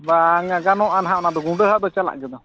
ᱵᱟᱝᱼᱟ ᱜᱟᱱᱚᱜᱼᱟ ᱱᱟᱜ ᱚᱱᱟ ᱫᱚ ᱜᱩᱸᱰᱟᱹ ᱦᱟᱜ ᱫᱚ ᱪᱟᱞᱟᱜ ᱜᱮᱫᱚ